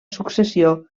successió